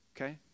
Okay